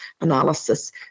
analysis